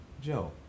Joe